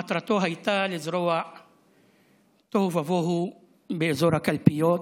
מטרתו הייתה לזרוע תוהו ובוהו באזור הקלפיות,